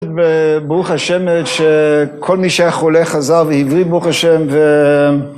ברוך ה' שכל מי שהיה חולה חזר והבריא, ברוך ה'